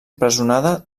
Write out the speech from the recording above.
empresonada